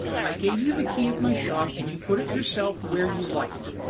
i gave you the key of my shop and you put it yourself where you liked,